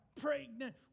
pregnant